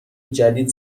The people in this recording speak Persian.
جدید